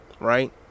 right